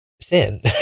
sin